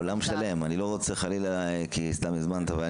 זה עולם שלם, אני לא רוצה חלילה שסתם הזמנתם.